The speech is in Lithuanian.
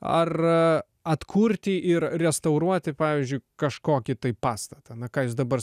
ar atkurti ir restauruoti pavyzdžiui kažkokį tai pastatą na ką jūs dabar